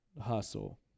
hustle